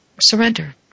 surrender